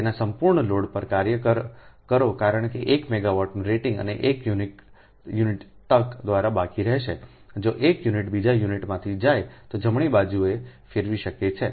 તેના સંપૂર્ણ લોડ પર કાર્ય કરો કારણ કે 1 મેગાવાટ રેટિંગ અને 1 યુનિટ તક દ્વારા બાકી રહેશે જો 1 યુનિટ બીજા યુનિટમાંથી જાય તો જમણી બાજુએ ફેરવી શકાય છે